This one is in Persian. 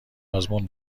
آزمون